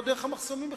ובכלל לא דרך המחסומים,